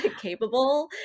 capable